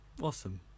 Awesome